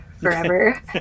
forever